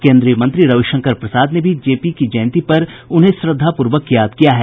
केन्द्रीय मंत्री रविशंकर प्रसाद ने भी जे पी की जयंती पर उन्हें श्रद्धापूर्वक याद किया है